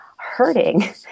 hurting